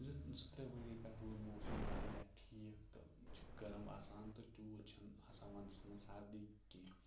زٕ زٕ ترٛےٚ ؤری پٮ۪ٹھ روٗد موسم واریاہ ٹھیٖک تہٕ وُنہِ چھِ گرم آسان تہٕ تیوٗت چھِنہٕ آسان ونٛدَس منٛز سردی کیٚنٛہہ